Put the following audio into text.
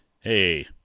hey